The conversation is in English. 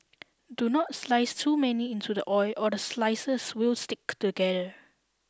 do not slice too many into the oil or the slices will stick together